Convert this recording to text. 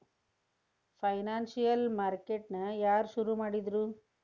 Financial market ನ ಯಾರ್ ಶುರುಮಾಡಿದ್ರು?